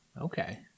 Okay